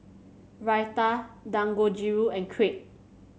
Raita Dangojiru and Crepe